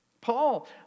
Paul